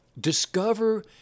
discover